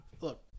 look